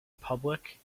public